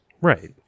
Right